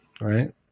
right